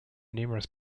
numerous